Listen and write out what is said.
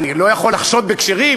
אני לא יכול לחשוד בכשרים,